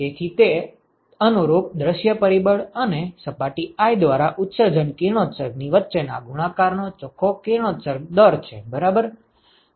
તેથી તે અનુરૂપ દૃશ્ય પરિબળ અને સપાટી i દ્વારા ઉત્સર્જન કિરણોત્સર્ગ ની વચ્ચે ના ગુણાકાર નો ચોખ્ખો કિરણોત્સર્ગ દર છે બરાબર